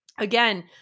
Again